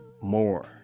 More